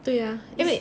对啊因为